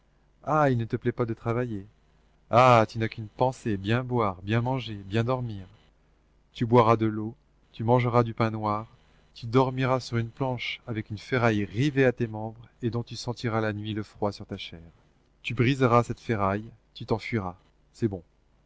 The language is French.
ah il ne te plaît pas de travailler ah tu n'as qu'une pensée bien boire bien manger bien dormir tu boiras de l'eau tu mangeras du pain noir tu dormiras sur une planche avec une ferraille rivée à tes membres et dont tu sentiras la nuit le froid sur ta chair tu briseras cette ferraille tu t'enfuiras c'est bon